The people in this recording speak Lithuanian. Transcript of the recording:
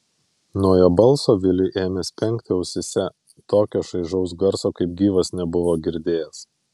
nuo jo balso viliui ėmė spengti ausyse tokio šaižaus garso kaip gyvas nebuvo girdėjęs